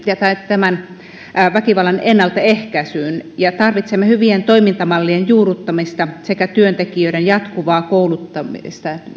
ja väkivallan ennaltaehkäisyyn ja tarvitsemme hyvien toimintamallien juurruttamista sekä työntekijöiden jatkuvaa kouluttamista